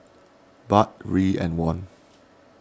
Baht Riel and Won